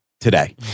today